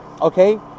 okay